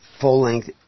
full-length